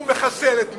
הוא מחסל את מישהו,